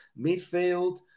midfield